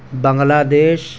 بنگلہ دیش